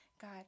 God